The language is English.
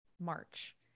March